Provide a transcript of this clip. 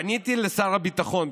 פניתי לשר הביטחון,